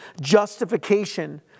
justification